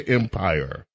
empire